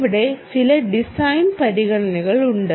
ഇവിടെ ചില ഡിസൈൻ പരിഗണനകളുണ്ട്